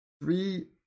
three